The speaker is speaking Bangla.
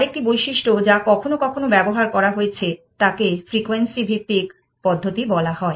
আরেকটি বৈশিষ্ট্য যা কখনও কখনও ব্যবহার করা হয়েছে তাকে ফ্রিকোয়েন্সি ভিত্তিক পদ্ধতি বলা হয়